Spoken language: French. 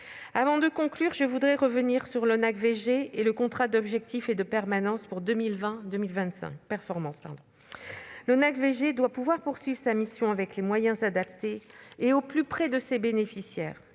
Avant de conclure, je veux revenir sur l'ONAC-VG et sur le contrat d'objectifs et de performance 2020-2025. Cet office doit pouvoir poursuivre sa mission avec les moyens adaptés et au plus près de ses bénéficiaires.